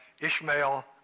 Ishmael